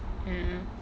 mm mm